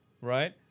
right